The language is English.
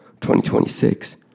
2026